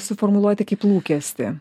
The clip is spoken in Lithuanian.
suformuluoti kaip lūkestį